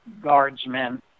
guardsmen